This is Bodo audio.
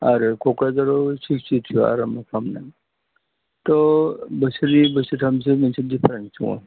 आरो क'क्राझाराव सिक्सटिथ्रिआव आरम्भ' खालामदों त' बोसोरनै बोसोरथामसोनि मोनसे डिफारेन्स दङ